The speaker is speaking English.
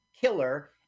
killer